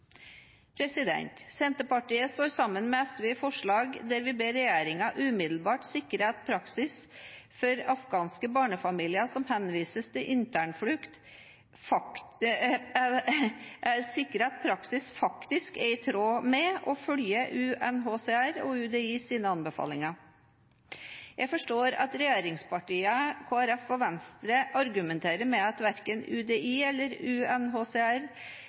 Senterpartiet står sammen med SV i forslag der vi ber regjeringen umiddelbart sikre at praksis for afghanske barnefamilier som henvises til internflukt, er i tråd med og følger UNHCRs og UDIs anbefalinger. Jeg forstår at regjeringspartiene, Kristelig Folkeparti og Venstre argumenterer med at verken UDI eller